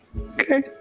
Okay